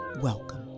Welcome